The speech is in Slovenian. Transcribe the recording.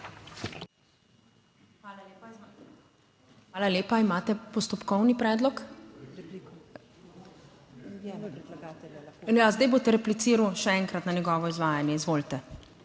Hvala lepa. Imate postopkovni predlog? Ja, zdaj boste replicirali še enkrat na njegovo izvajanje. Izvolite.